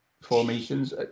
formations